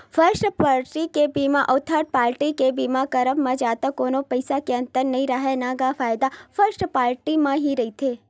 first party के बीमा अउ थर्ड पाल्टी के बीमा करवाब म जादा कोनो पइसा के अंतर नइ राहय न गा फायदा फस्ट पाल्टी म ही रहिथे